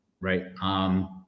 right